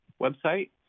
website